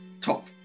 top